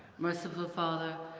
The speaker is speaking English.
merciful father,